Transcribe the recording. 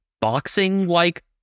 boxing-like